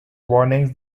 warnings